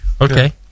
okay